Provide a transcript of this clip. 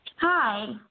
hi